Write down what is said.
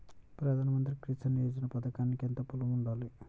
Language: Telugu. ప్రధాన మంత్రి కిసాన్ యోజన పథకానికి ఎంత పొలం ఉండాలి?